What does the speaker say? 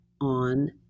on